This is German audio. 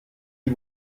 die